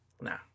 Nah